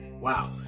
Wow